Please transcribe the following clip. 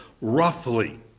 roughly